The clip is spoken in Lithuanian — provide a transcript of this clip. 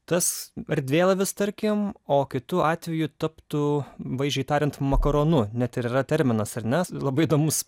tas erdvėlaivis tarkim o kitu atveju taptų vaizdžiai tariant makaronu net ir yra terminas ar na labai įdomus